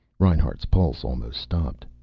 reinhart's pulse almost stopped.